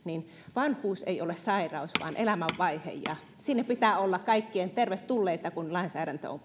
vanhuus ei ole sairaus vaan elämänvaihe ja sinne pitää olla kaikkien tervetulleita kun lainsäädäntö on